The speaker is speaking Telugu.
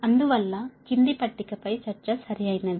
అందువల్ల కింది పట్టిక పై చర్చ సరియైనది